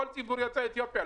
כל ציבור יוצאי אתיופיה,